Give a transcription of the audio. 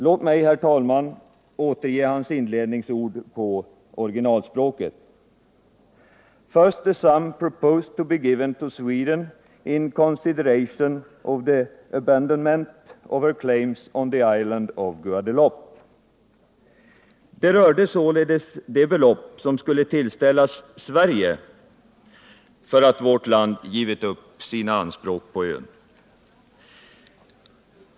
Låt mig, herr talman, återge hans inledningsord på originalspråket: Det rörde sig således om det belopp som skulle tillställas Sverige för att vårt land givit upp sina anspråk på ön.